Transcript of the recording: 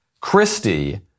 Christie